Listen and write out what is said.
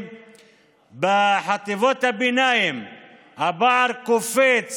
בחטיבות הביניים הפער קופץ